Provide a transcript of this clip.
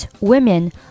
women